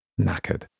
knackered